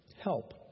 help